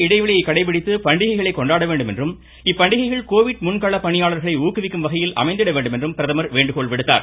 இடைவெளியை கடைபிடித்து பண்டிகைகளை கொண்டாட வேண்டும் என்றும் சீமூக இப்பண்டிகைகள் கோவிட் முன்கள் பணியாளர்களை ஊக்குவிக்கும் வகையில் அமைய வேண்டும் என்றும் பிரதமர் வேண்டுகோள் விடுத்தார்